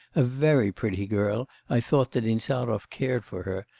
a very pretty girl i thought that insarov cared for her,